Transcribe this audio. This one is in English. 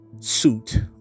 Suit